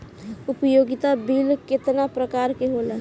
उपयोगिता बिल केतना प्रकार के होला?